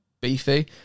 beefy